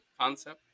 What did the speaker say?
concept